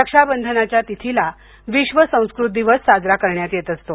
रक्षा बंधनाच्या तिथीला विश्व संस्कृत दिवस साजरा करण्यात येत असतो